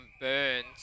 Burns